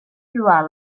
lloar